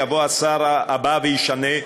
יבוא השר הבא וישנה.